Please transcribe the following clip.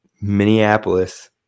Minneapolis